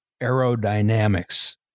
aerodynamics